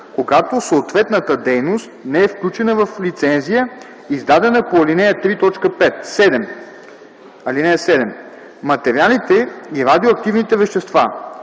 когато съответната дейност не е включена в лицензия, издадена по ал. 3, т. 5. (7) Материалите и радиоактивните вещества,